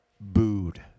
booed